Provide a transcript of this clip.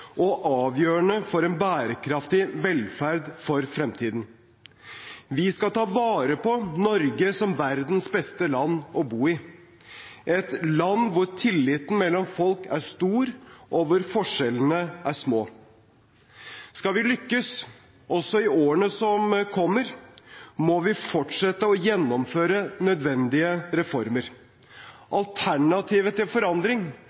og avgjørende for en bærekraftig velferd for fremtiden. Vi skal ta vare på Norge som verdens beste land å bo i, et land hvor tilliten mellom folk er stor, og hvor forskjellene er små. Skal vi lykkes også i årene som kommer, må vi fortsette å gjennomføre nødvendige reformer. Alternativet til forandring